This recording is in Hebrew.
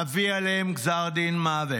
נביא עליהם גזר דין מוות.